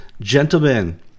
Gentlemen